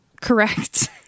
Correct